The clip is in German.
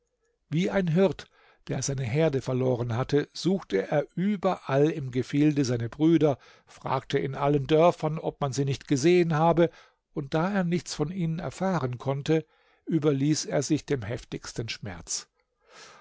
wie ein hirt der seine herde verloren hat suchte er überall im gefilde seine brüder fragte in allen dörfern ob man sie nicht gesehen habe und da er nichts von ihnen erfahren konnte überließ er sich dem heftigsten schmerz